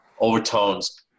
overtones